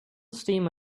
steam